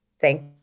thank